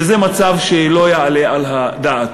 וזה מצב שלא יעלה על הדעת.